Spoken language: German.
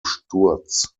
sturz